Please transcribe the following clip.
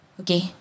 okay